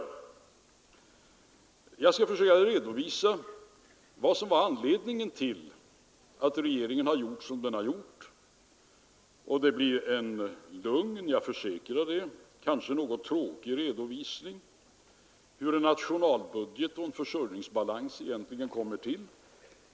Jag skall försöka redovisa vad som var anledningen till att regeringen har gjort som den har gjort. Det blir en lugn — jag försäkrar det — och kanske något tråkig redovisning av hur en nationalbudget och försörjningsplan egentligen kommer till.